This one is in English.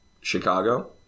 Chicago